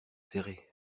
serré